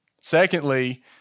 Secondly